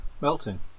melting